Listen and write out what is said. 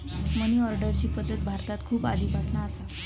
मनी ऑर्डरची पद्धत भारतात खूप आधीपासना असा